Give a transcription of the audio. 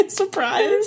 surprise